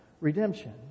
redemption